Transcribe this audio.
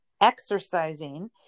exercising